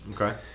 Okay